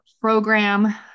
program